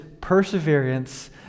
perseverance